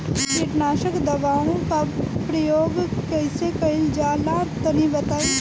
कीटनाशक दवाओं का प्रयोग कईसे कइल जा ला तनि बताई?